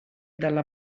dalla